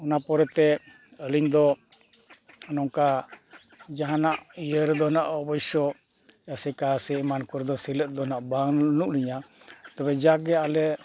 ᱚᱱᱟ ᱯᱚᱨᱮ ᱛᱮ ᱟᱹᱞᱤᱧ ᱫᱚ ᱱᱚᱝᱠᱟ ᱡᱟᱦᱟᱱᱟᱜ ᱤᱭᱟᱹ ᱨᱮᱫᱚ ᱦᱟᱸᱜ ᱚᱵᱚᱥᱥᱚ ᱟᱥᱮᱠᱟ ᱥᱮ ᱮᱢᱟᱱ ᱠᱚᱨᱮ ᱫᱚ ᱥᱮᱞᱮᱫ ᱦᱟᱸᱜ ᱵᱟᱹᱱᱩᱜ ᱞᱤᱧᱟᱹ ᱛᱚᱵᱮ ᱡᱟᱜᱽ ᱜᱮ ᱟᱞᱮ